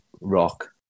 rock